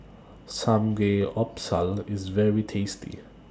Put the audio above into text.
Samgeyopsal IS very tasty